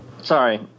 Sorry